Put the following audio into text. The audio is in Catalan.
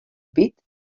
pit